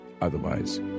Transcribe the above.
otherwise